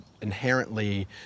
Inherently